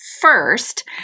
first